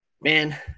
man